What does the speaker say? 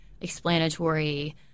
explanatory